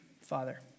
Father